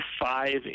five